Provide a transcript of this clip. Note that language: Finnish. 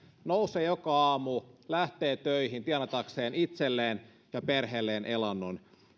nousee joka aamu lähtee töihin tienatakseen itselleen ja perheelleen elannon